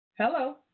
Hello